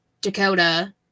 dakota